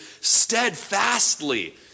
steadfastly